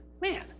man